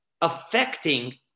affecting